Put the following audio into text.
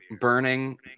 Burning